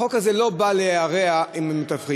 החוק הזה לא בא להרע עם המתווכים,